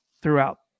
throughout